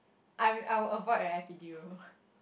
I will I will avoid a epidural